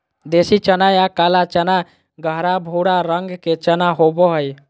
देसी चना या काला चना गहरा भूरा रंग के चना होबो हइ